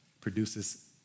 produces